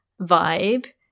vibe